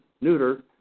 neuter